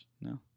No